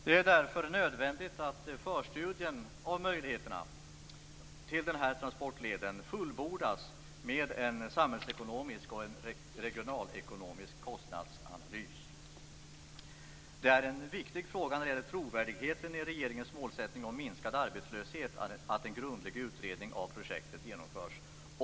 Det är därför nödvändigt att förstudien av möjligheterna till den här transportleden fullbordas med en samhällsekonomisk och en regionalekonomisk kostnadsanalys. Det är en viktig fråga när det gäller trovärdigheten i regeringens målsättning om minskad arbetslöshet att en grundlig utredning av projektet genomförs.